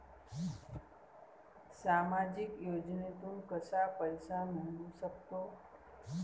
सामाजिक योजनेतून कसा पैसा मिळू सकतो?